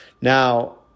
Now-